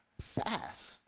Fast